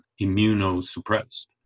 immunosuppressed